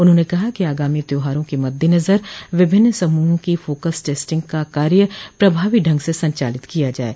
उन्होंने कहा कि आगामी त्यौहारों के मद्देनजर विभिन्न समूहों की फोकस टेस्टिंग का कार्य प्रभावी ढंग से संचालित किया जाये